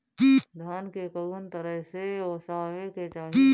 धान के कउन तरह से ओसावे के चाही?